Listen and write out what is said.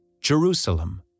Jerusalem